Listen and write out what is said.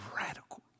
radical